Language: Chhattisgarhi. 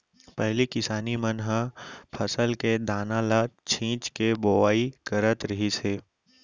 पहिली किसान मन ह फसल के दाना ल छिंच के बोवाई करत रहिस हे